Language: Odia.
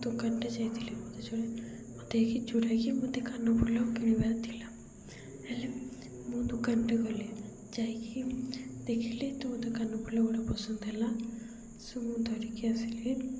ଦୋକାନଟେ ଯାଇଥିଲି ମୋତେ କି ଯେଉଁଟା କି ମୋତେ କାନଫୁଲ କିଣିବାର ଥିଲା ହେଲେ ମୁଁ ଦୋକାନଟେ ଗଲି ଯାଇକି ଦେଖିଲି ତ ମୋତେ କାନଫୁଲ ଗୁଡ଼ା ପସନ୍ଦ ହେଲା ସ ମୁଁ ଧରିକି ଆସିଲି